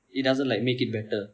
it doesn't like make it better